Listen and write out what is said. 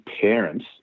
parents